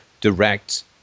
direct